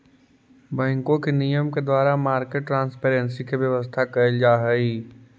बैंकों के नियम के द्वारा मार्केट ट्रांसपेरेंसी के व्यवस्था कैल जा हइ